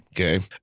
Okay